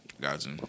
Gotcha